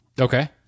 okay